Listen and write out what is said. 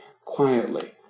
quietly